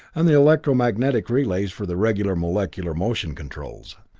and the electro-magnetic relays for the regular molecular motion controls.